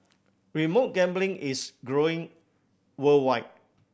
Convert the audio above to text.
remote gambling is growing worldwide